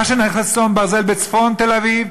מה שנכס צאן ברזל בצפון תל-אביב,